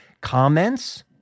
Comments